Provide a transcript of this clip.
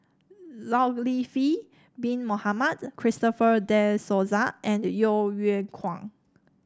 Zulkifli Bin Mohamed Christopher De Souza and Yeo Yeow Kwang